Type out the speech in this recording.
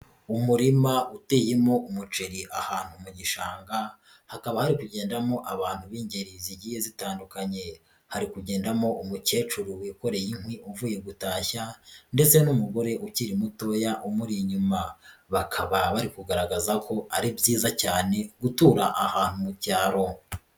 Umurima uteyemo umuceri ahantu mu gishanga, hakaba hari kugendamo abantu b'ingeri zigiye zitandukanye, hari kugendamo umukecuru wikoreye inkwi uvuye gutashya ndetse n'umugore ukiri mutoya umuri inyuma, bakaba bari kugaragaza ko ari byiza cyane gutura ahantu mu cyaro.